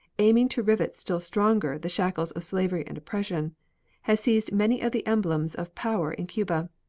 aiming to rivet still stronger the shackles of slavery and oppression has seized many of the emblems of power in cuba,